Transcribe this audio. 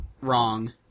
wrong